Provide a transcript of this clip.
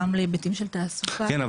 גם להיבטים של תעסוקה --- כן,